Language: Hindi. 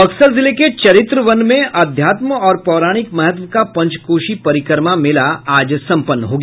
बक्सर जिले के चरित्रवन में अध्यात्म और पौराणिक महत्व का पंचकोशी परिक्रमा मेला आज संपन्न हो गया